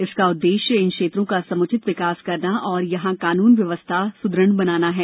इसका उद्वेश्य इन क्षेत्रों का समुचित विकास करना और यहाँ कानून व्यवस्था सुदृढ़ बनाना है